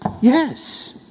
Yes